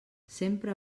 sempre